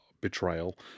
betrayal